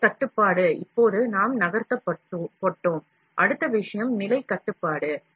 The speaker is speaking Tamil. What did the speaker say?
நிலை கட்டுப்பாடு இப்போது நாம் நகர்த்தப்பட்டோம் அடுத்த விஷயம் நிலை கட்டுப்பாடு